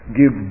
give